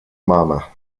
mama